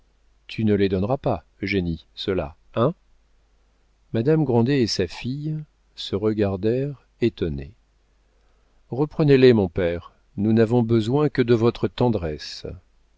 tu ne les donneras pas eugénie ceux-là hein madame grandet et sa fille se regardèrent étonnées reprenez-les mon père nous n'avons besoin que de votre tendresse